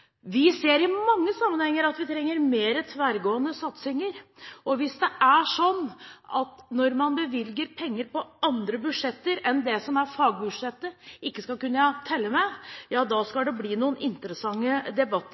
Vi ser i mange sammenhenger at vi trenger mer tverrgående satsinger, og hvis det er sånn at penger bevilget på andre budsjetter enn det som er fagbudsjettet, ikke skal kunne telle med, ja da skal det bli noen interessante debatter